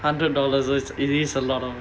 hundred dollars is a lot of